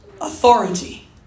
authority